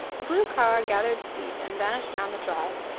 the blue car gathered speed and vanished down the drive.